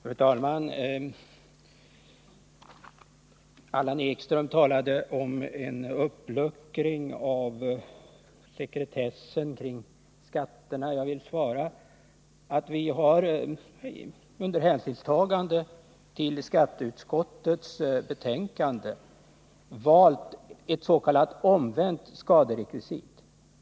Fru talman! Allan Ekström talade om en uppluckring av sekretessen kring skatterna, och jag vill svara honom. För det första har vi under hänsynstagande till skatteutskottets yttrande valt s.k. omvänt skaderekvisit.